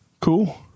Cool